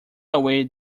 away